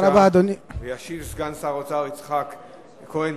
ישיב סגן שר האוצר יצחק כהן.